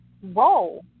whoa